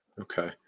Okay